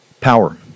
power